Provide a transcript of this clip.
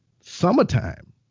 summertime